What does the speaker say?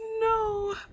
No